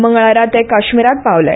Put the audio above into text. मंगळारा ते कश्मीरांत पावले